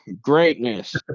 greatness